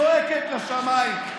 זועקת לשמיים.